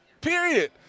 Period